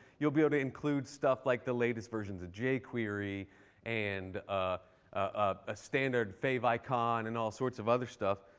you'll be able to include stuff like the latest versions of jquery and a standard favicon and all sorts of other stuff.